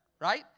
right